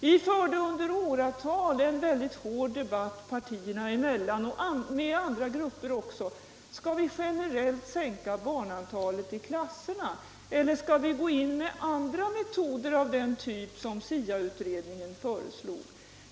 Vi förde i åratal en mycket hård debatt partierna emellan — och även med andra grupper — i frågan om vi generellt skulle sänka barnantalet i klasserna eller om vi skulle gå in med andra metoder av den typ som SIA-utredningen föreslog.